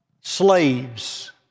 slaves